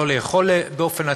לא לאכול באופן עצמאי,